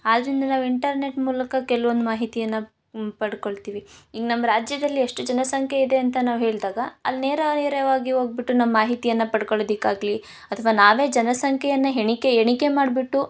ಆದ್ರಿಂದ ನಾವು ಇಂಟರ್ನೆಟ್ ಮೂಲಕ ಕೆಲ್ವೊಂದು ಮಾಹಿತಿಯನ್ನು ಪಡ್ಕೊಳ್ತೀವಿ ಈಗ ನಮ್ಮ ರಾಜ್ಯದಲ್ಲಿ ಎಷ್ಟು ಜನ ಸಂಖ್ಯೆ ಇದೆ ಅಂತ ನಾವು ಹೇಳ್ದಾಗ ಅಲ್ಲಿ ನೇರ ನೇರವಾಗಿ ಹೋಗ್ಬಿಟ್ಟು ನಮ್ಮ ಮಾಹಿತಿಯನ್ನು ಪಡ್ಕೊಳೋದಕ್ಕಾಗ್ಲಿ ಅಥ್ವ ನಾವೇ ಜನ ಸಂಖ್ಯೆಯನ್ನ ಎಣಿಕೆ ಎಣಿಕೆ ಮಾಡಿಬಿಟ್ಟು